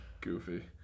goofy